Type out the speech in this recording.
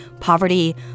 Poverty